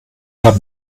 haben